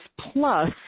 plus